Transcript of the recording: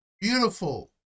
beautiful